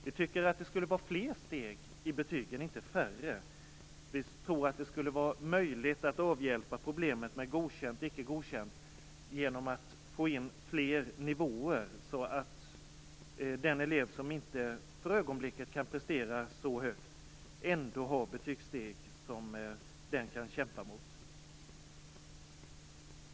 Vi tycker att det skulle vara fler steg i betygen, inte färre. Vi tror dessutom att det skulle vara möjligt att avhjälpa problemet med Godkänt och Icke godkänt genom att få in fler nivåer, så att den elev som för ögonblicket inte kan prestera så mycket ändå har betygssteg att kämpa sig fram till.